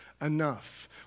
enough